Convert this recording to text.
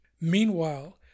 Meanwhile